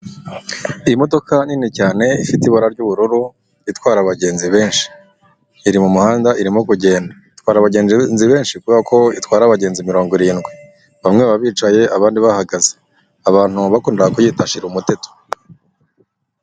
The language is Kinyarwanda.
Iyi modoka nini cyane ifite ibara ry'ubururu itwara abagenzi benshi, iri mu muhanda irimo kugenda itwara abagenzi benshi kubera ko itwara abagenzi mirongo irindwi bamwe baba bicaye abandi bahagaze abantu bakundaga kuyita shirumuteto.